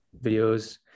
videos